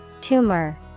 Tumor